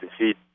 defeat